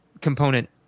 component